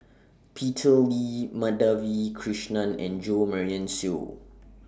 Peter Lee Madhavi Krishnan and Jo Marion Seow